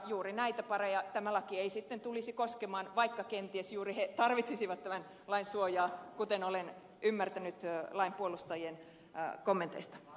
juuri näitä pareja tämä laki ei sitten tulisi koskemaan vaikka kenties juuri he tarvitsisivat tämän lain suojaa kuten olen ymmärtänyt lain puolustajien kommenteista